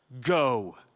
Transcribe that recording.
go